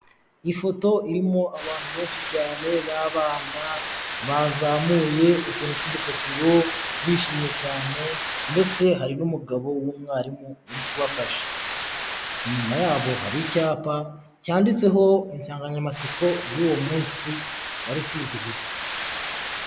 Ifoto irimo abantu benshi cyane b'abana bazamuye utuntu tw'udupapuro bishimye cyane ndetse hari n'umugabo w'umwarimu uri kubafasha, inyuma yabo hari icyapa cyanditseho insanganyamatsiko y'uwo munsi bari kwizihiza.